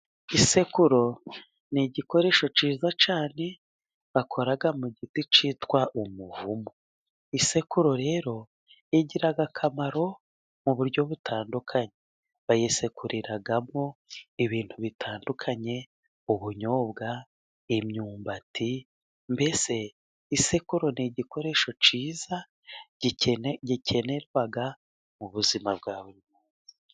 Isekuru ni igikoresho kiza cyane bakora mu giti cyitwa umuvumu. Isekuru rero igira akamaro mu buryo butandukanye , bayisekuriramo ibintu bitandukanye; ubunyobwa, imyumbati mbese isekuro ni igikoresho kiza gikenerwa mu buzima bwa muntu.